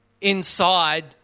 inside